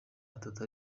atatu